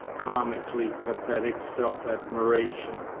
comically pathetic self-admiration.